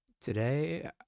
Today